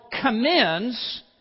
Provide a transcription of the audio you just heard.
commends